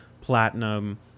platinum